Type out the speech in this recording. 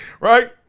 Right